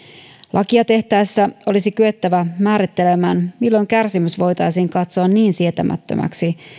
lakia tehtäessä olisi kyettävä määrittelemään milloin kärsimys voitaisiin katsoa niin sietämättömäksi